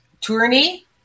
Tourney